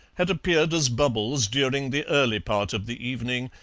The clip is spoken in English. had appeared as bubbles during the early part of the evening,